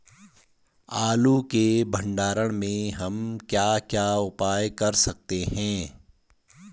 आलू के भंडारण में हम क्या क्या उपाय कर सकते हैं?